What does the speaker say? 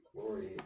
glory